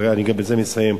אני בזה מסיים,